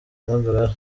impagarara